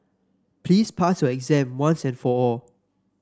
please pass your exam once and for all